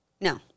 no